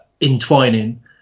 entwining